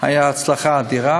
הייתה הצלחה אדירה